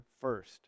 first